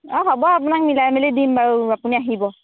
অ' হ'ব আপোনাক মিলাই মেলি দিম বাৰু আপুনি আহিব